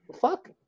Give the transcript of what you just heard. fuck